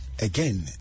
again